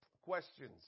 questions